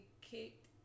kicked